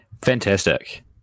Fantastic